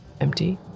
empty